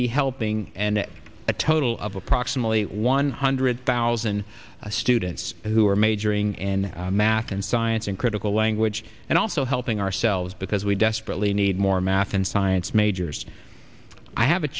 be helping and a total of approximately one hundred thousand students who are majoring in math and science in critical language and also helping ourselves because we desperately need more math and science majors i have a